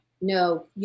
No